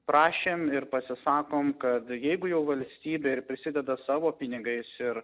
prašėm ir pasisakom kad jeigu jau valstybė ir prisideda savo pinigais ir